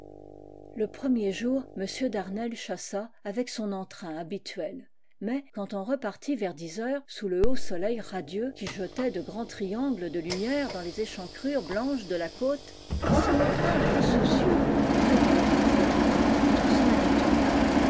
le jdremier jour m d'arneiles chassa avec son entrain habituel mais quand on repartit vers dix heures sous le haut soleil radieux qui jetait de grands triangles de lumière dans les ëchancrures blanches de la cote il se montra un peu soucieux rêvant parfois contre son habitude